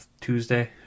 Tuesday